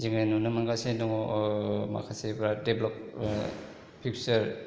जोङो नुनो मोनगासिनो दङ माखासे बिराथ डेभेलप फिउचार